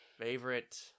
favorite